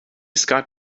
scott